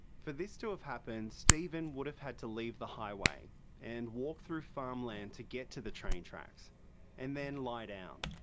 for this to have happened, stephen would have had to leave the highway and walk through farmland to get to the train tracks and then lie down.